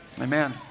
amen